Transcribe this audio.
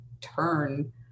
turn